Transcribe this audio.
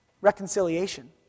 reconciliation